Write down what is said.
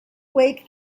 wake